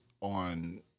on